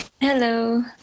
Hello